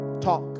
talk